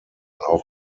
auch